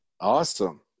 awesome